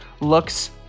looks